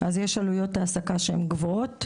לכן, יש עלויות העסקה גבוהות;